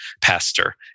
pastor